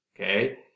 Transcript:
okay